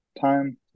time